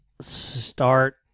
start